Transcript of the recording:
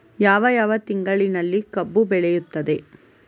ಯಾವ ಯಾವ ತಿಂಗಳಿನಲ್ಲಿ ಕಬ್ಬು ಬೆಳೆಯುತ್ತದೆ?